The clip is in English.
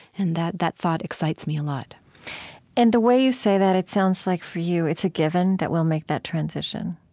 and that that thought excites me a lot and the way you say that, it sounds like for you it's a given that we'll make that transition.